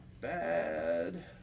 bad